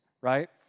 right